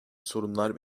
sorunlar